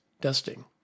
dusting